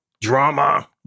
drama